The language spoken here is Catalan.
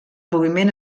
moviment